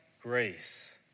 grace